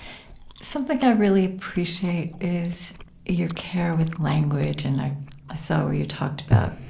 something i really appreciate is your care with language. and i ah saw where you talked about,